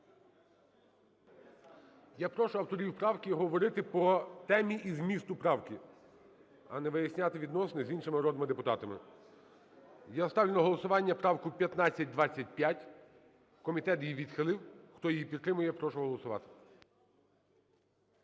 Я прошу авторів правки говорити по темі і змісту правки, а не виясняти відносини з іншими народними депутатами. Я ставлю на голосування поправку 1525, комітет її відхилив. Хто її підтримує, я прошу голосувати.